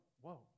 Whoa